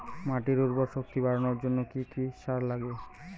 মাটির উর্বর শক্তি বাড়ানোর জন্য কি কি সার লাগে?